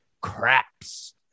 craps